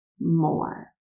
more